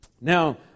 Now